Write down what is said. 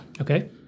Okay